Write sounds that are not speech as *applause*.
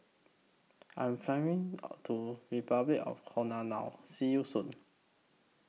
I'm Flying *hesitation* to Repuclic of The Congo now See YOU Soon